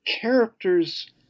characters